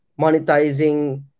monetizing